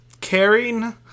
caring